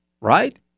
Right